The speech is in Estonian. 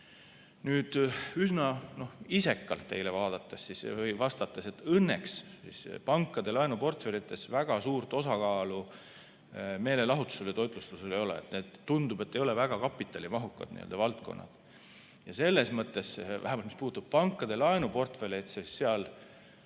Nüüd, üsna isekalt teile vastates, õnneks pankade laenuportfellides väga suurt osakaalu meelelahutusel ja toitlustusel ei ole. Need, tundub, ei ole väga kapitalimahukad valdkonnad. Selles mõttes, vähemalt, mis puutub pankade laenuportfellidesse, seal